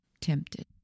tempted